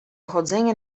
chodzenie